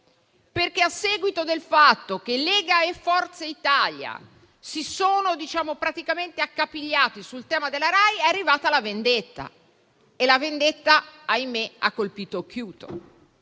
perché, a seguito del fatto che Lega e Forza Italia si sono praticamente accapigliati sul tema della RAI, è arrivata la vendetta, che ha colpito - ahimè - Occhiuto,